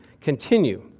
continue